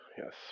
Yes